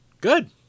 Good